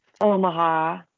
Omaha